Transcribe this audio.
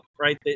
right